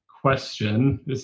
question